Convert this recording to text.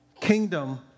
kingdom